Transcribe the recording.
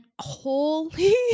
holy